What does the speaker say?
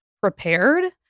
prepared